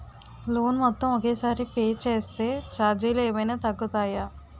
Loan మొత్తం ఒకే సారి పే చేస్తే ఛార్జీలు ఏమైనా తగ్గుతాయా?